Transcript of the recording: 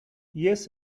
yes